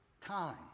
time